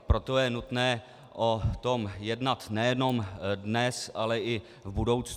Proto je nutné o tom jednat nejenom dnes, ale i v budoucnu.